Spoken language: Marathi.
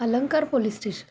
Alankar police station